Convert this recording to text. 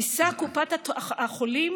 תישא קופת החולים